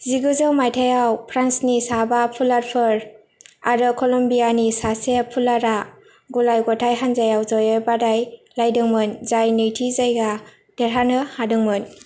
जिगुजौ मायथायाव फ्रान्सनि साबा पुलारफोर आरो क'लम्बियानि सासे पुलारा गलाय गथाय हानजायाव जयै बादाय लायदोंमोन जाय नैथि जायगा देरहानो हादोंमोन